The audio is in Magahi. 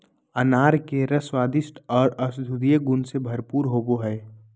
अनार के रस स्वादिष्ट आर औषधीय गुण से भरपूर होवई हई